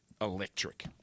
electric